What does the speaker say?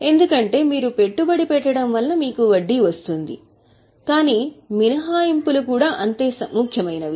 ఎందుకంటే మీరు పెట్టుబడి పెట్టడం వల్ల మీకు వడ్డీ వస్తుంది కానీ మినహాయింపులు సమానంగా ముఖ్యమైనవి